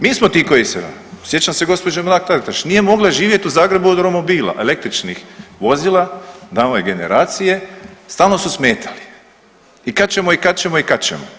Mi smo ti koji se, sjećam se gđe. Mrak-Taritaš, nije mogla živjeti u Zagrebu od romobila električnih vozila nove generacije, stalno su smetali i kad ćemo i kad ćemo i kad ćemo.